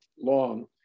long